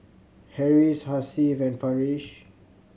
Harris Hasif and Farish